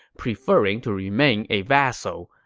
preferring to remain a vassal,